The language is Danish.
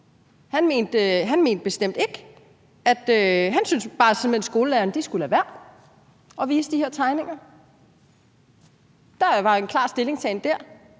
Han syntes simpelt hen bare, at skolelærerne skulle lade være at vise de her tegninger. Der var en klar stillingtagen der.